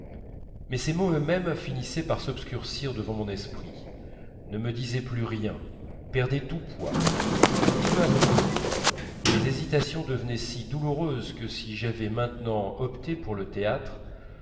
mais ces mots eux-mêmes finissaient par s'obscurcir devant mon esprit ne me disaient plus rien perdaient tout poids peu à peu mes hésitations devenaient si douloureuses que si j'avais maintenant opté pour le théâtre